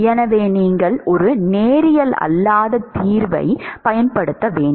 எனவே நீங்கள் ஒரு நேரியல் அல்லாத தீர்வியைப் பயன்படுத்த வேண்டும்